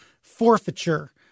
forfeiture